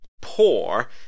poor